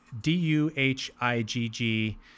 D-U-H-I-G-G